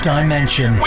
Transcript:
Dimension